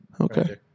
Okay